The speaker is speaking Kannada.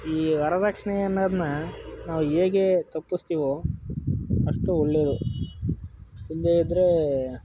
ಈ ವರ್ದಕ್ಷಿಣೆ ಅನ್ನೋದನ್ನು ನಾವು ಹೇಗೆ ತಪ್ಪಿಸ್ತಿವೋ ಅಷ್ಟು ಒಳ್ಳೆಯದು ಇಲ್ಲದೇ ಇದ್ದರೆ